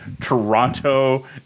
Toronto